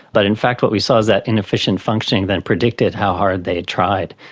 but in fact what we saw is that inefficient functioning that predicted how hard they had tried.